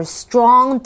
strong